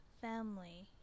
family